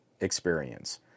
experience